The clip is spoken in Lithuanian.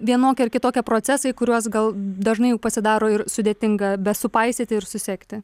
vienokie ar kitokie procesai kuriuos gal dažnai jau pasidaro ir sudėtinga besupaisyti ir susekti